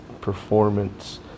performance